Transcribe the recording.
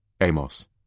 Amos